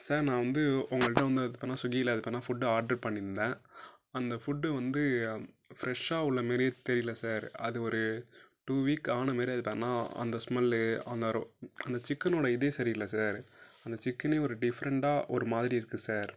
sir நான் வந்து உங்கள்ட்ட வந்து அது பேரென்னா சுகில அது அது பேரென்னா ஃபுட்டு ஆர்ட்ரு பண்ணியிருந்தேன் அந்த ஃபுட்டு வந்து ஃப்ரெஷ்ஷாக உள்ள மாரியே தெரியல சார் அது ஒரு டூ வீக் ஆன மாரி அது பேரென்னா அந்த ஸ்மெல்லு அந்த அந்த சிக்கனோடய இதே சரியில்லை சார் அந்த சிக்கனே ஒரு டிப்ஃரெண்டாக ஒரு மாதிரி இருக்குது சார்